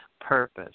purpose